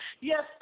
Yes